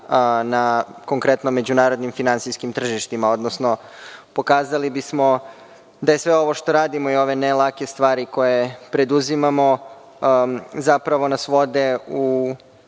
na međunarodnim finansijskim tržištima, odnosno pokazali bismo da je sve ovo što radimo i ove ne lake stvari koje preduzimamo zapravo nas vode u